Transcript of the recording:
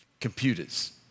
computers